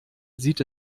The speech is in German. sieht